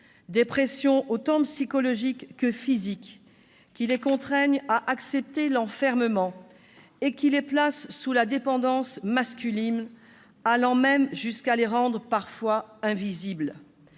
des pressions, aussi psychologiques que physiques, qui les contraignent à accepter l'enfermement et qui les placent sous la dépendance masculine, allant même parfois jusqu'à les rendre invisibles.